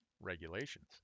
regulations